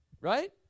Right